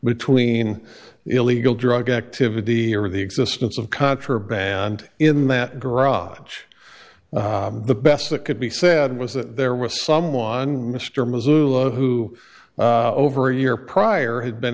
between illegal drug activity or the existence of contraband in that garage the best that could be said was that there was someone mr moon who over a year prior had been